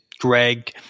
Greg